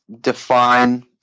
define